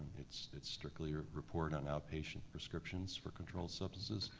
it's it's strictly a report on outpatient prescriptions for controlled substances.